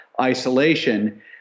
isolation